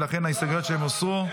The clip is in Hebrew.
ולכן ההסתייגויות שלהם הוסרו,